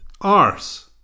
Arse